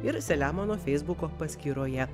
ir selemono feisbuko paskyroje